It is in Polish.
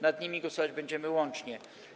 Nad nimi głosować będziemy łącznie.